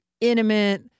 intimate